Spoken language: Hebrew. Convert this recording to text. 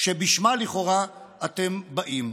שבשמה לכאורה אתם באים.